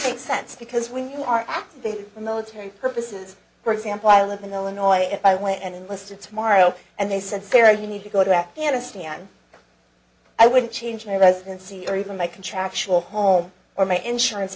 makes sense because when you are there for military purposes for example i live in illinois if i went and enlisted tomorrow and they said fair you need to go to afghanistan i wouldn't change my residency or even my contractual home or my insurance